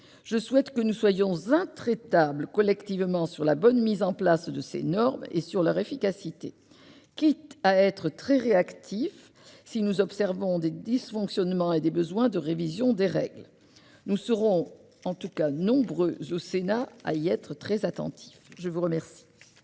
Je souhaite que nous soyons intraitables collectivement sur la bonne mise en place de ces normes, ainsi que sur leur efficacité, quitte à être très réactifs si nous observons des dysfonctionnements et des besoins de révision des règles. Nous serons nombreux au Sénat à y être très attentifs. La parole